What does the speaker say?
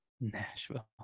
nashville